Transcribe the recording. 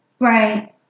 right